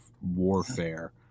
warfare